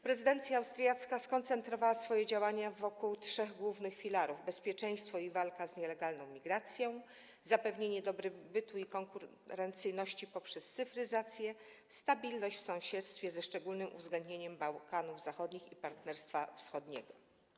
Prezydencja austriacka skoncentrowała swoje działania wokół trzech głównych filarów: bezpieczeństwo i walka z nielegalną migracją, zapewnienie dobrobytu i konkurencyjności poprzez cyfryzację, stabilność w sąsiedztwie ze szczególnym uwzględnieniem Bałkanów Zachodnich i Partnerstwa Wschodniego.